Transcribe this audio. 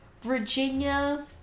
virginia